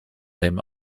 him